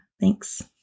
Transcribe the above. Thanks